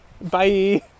Bye